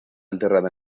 enterrada